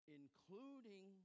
including